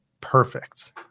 perfect